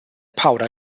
powder